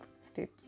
state